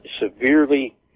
severely